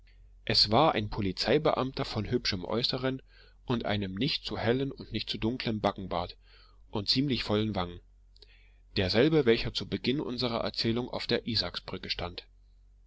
es war ein polizeibeamter von hübschem äußeren mit einem nicht zu hellen und nicht zu dunklen backenbart und ziemlich vollen wangen derselbe welcher zu beginn unserer erzählung auf der isaaksbrücke stand